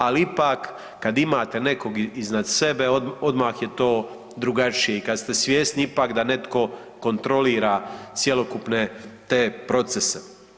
Ali ipak kada imate nekog iznad sebe odmah je to drugačije i kada ste svjesni ipak da netko kontrolira cjelokupne te procese.